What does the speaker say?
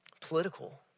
political